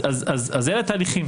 אז אלה התהליכים.